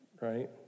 right